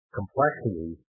complexity